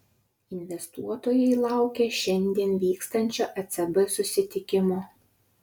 investuotojai laukia šiandien vyksiančio ecb susitikimo